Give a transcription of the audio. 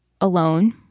alone